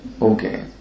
Okay